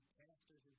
pastors